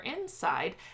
inside